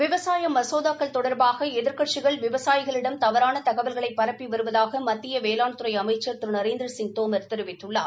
விவசாய மசோதாக்கள் தொடர்பாக எதிர்க்கட்சிகள் விவசாயிகளிடம் தவறான தகவல்களை பரப்பி வருவதாக மத்திய வேளாண்துறை அமைச்சர் திரு நரேந்திரசிங் தோமர் தெரிவித்துள்ளார்